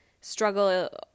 struggle